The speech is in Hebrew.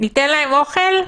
ניתן להם אוכל?